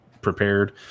prepared